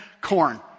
corn